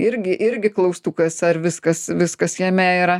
irgi irgi klaustukas ar viskas viskas jame yra